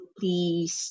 please